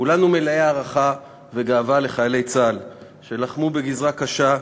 כולנו מלאי גאווה והערכה לחיילי צה"ל שלחמו בגזרה קשה,